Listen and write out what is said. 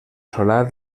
solar